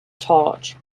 torch